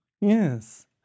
Yes